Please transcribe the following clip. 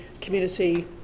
community